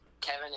Kevin